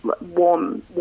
warm